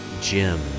Jim